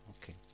Okay